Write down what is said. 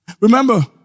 Remember